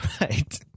right